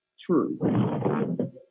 true